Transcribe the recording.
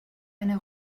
eine